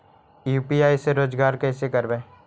UPI से रोजगार कैसे करबय?